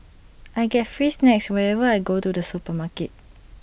I get free snacks whenever I go to the supermarket